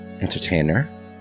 entertainer